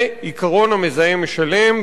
זה עקרון המזהם משלם,